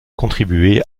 contribué